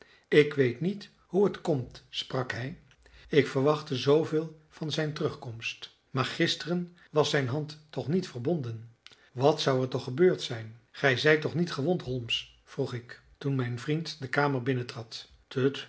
ik weet niet hoe het komt sprak hij ik verwachtte zooveel van zijn terugkomst maar gisteren was zijn hand toch niet verbonden wat zou er toch gebeurd zijn gij zijt toch niet gewond holmes vroeg ik toen mijn vriend de kamer binnentrad tut